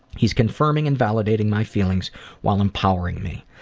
he's confirming and validating my feelings while empowering me.